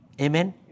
Amen